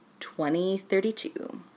2032